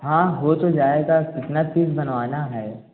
हाँ हो तो जाएगा कितना पीस बनवाना है